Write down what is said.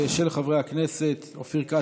מס' 1671,